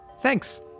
Thanks